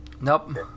Nope